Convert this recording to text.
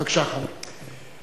בבקשה, חבר הכנסת יעקב כץ.